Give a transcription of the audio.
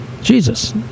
Jesus